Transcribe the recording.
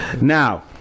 Now